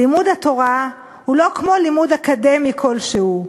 לימוד התורה הוא לא כמו לימוד אקדמי כלשהו,